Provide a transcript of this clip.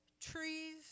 trees